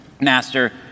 Master